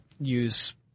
use